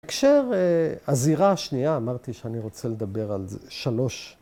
‫הקשר, הזירה השנייה, ‫אמרתי שאני רוצה לדבר על זה, שלוש.